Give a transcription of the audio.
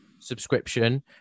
subscription